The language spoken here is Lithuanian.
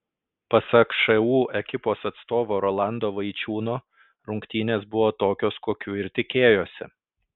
pasak šu ekipos atstovo rolando vaičiūno rungtynės buvo tokios kokių ir tikėjosi